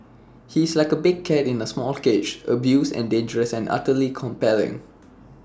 he's like A big cat in A small cage abused and dangerous and utterly compelling